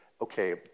okay